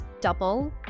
double